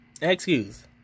excuse